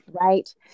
Right